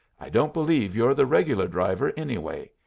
i don't believe you're the regular driver, anyway.